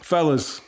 Fellas